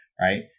Right